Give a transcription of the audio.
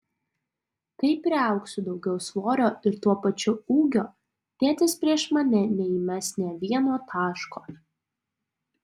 kai priaugsiu daugiau svorio ir tuo pačiu ūgio tėtis prieš mane neįmes nė vieno taško